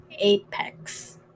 Apex